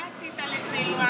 מה עשית לסילמן?